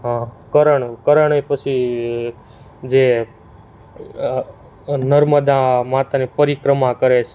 હં કરણ કરણે પછી જે નર્મદા માતાની પરિક્રમા કરે છે